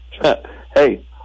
hey